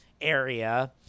area